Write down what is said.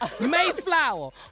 Mayflower